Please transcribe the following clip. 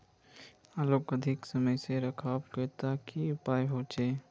आलूक अधिक समय से रखवार केते की उपाय होचे?